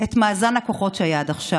את מאזן הכוחות שהיה עד עכשיו.